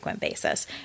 basis